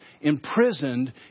imprisoned